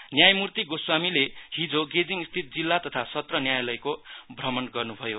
न्यायमूर्ति गोस्वामीले हिजो गेजिङस्थित जिल्ला तथा सत्र न्यायलयको भ्रमण गर्नु भयो